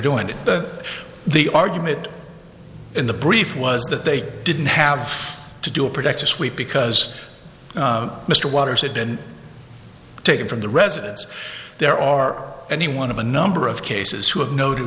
doing it but the argument in the brief was that they didn't have to do a protective sweep because mr waters had been taken from the residence there are any one of a number of cases who have not